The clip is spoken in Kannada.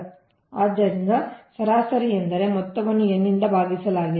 ಆದ್ದರಿಂದ ಸರಾಸರಿ ಎಂದರೆ ಮೊತ್ತವನ್ನು n ನಿಂದ ಭಾಗಿಸಲಾಗಿದೆ